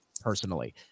personally